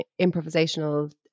improvisational